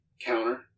counter